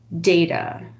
data